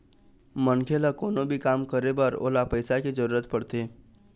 मनखे ल कोनो भी काम करे बर ओला पइसा के जरुरत पड़थे